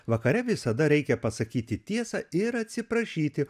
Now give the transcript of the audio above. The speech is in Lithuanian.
vakare visada reikia pasakyti tiesą ir atsiprašyti